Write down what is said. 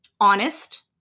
honest